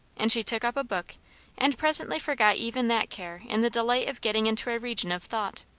and she took up a book and presently forgot even that care in the delight of getting into a region of thought.